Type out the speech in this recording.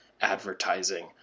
advertising